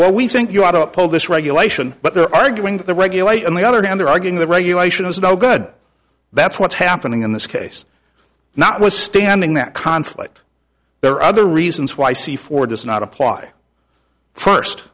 well we think you ought to uphold this regulation but they're arguing the regulate and the other down there are getting the regulation is no good that's what's happening in this case notwithstanding that conflict there are other reasons why see for does not apply first